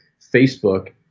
Facebook